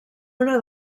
una